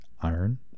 iron